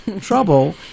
trouble